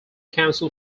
council